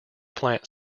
plant